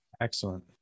Excellent